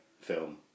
film